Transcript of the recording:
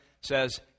says